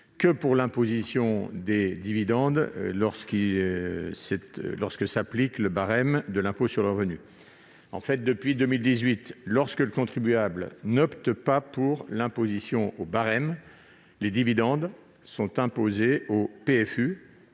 pour l'imposition des dividendes que lorsque s'applique le barème de l'impôt sur le revenu. Depuis 2018, lorsque le contribuable n'opte pas pour l'imposition au barème, les dividendes sont imposés au PFU